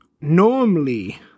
normally